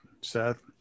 Seth